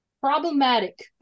Problematic